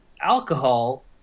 alcohol